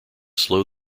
slow